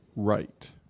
right